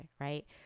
Right